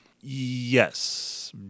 yes